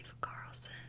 Carlson